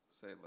Say